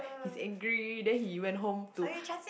he's angry then he went home to